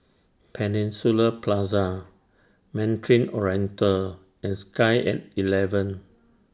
Peninsula Plaza Mandarin Oriental and Sky At eleven